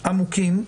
עמוקים.